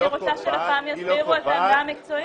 אני רוצה שלפ"ם יסבירו את העמדה המקצועית.